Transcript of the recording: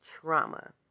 trauma